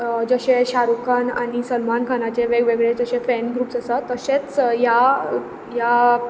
जशे शाहरूख खान आनी सलमान खानाचे वेग वेगळे जशे फॅन ग्रुप्स आसात तशेंच ह्या ह्या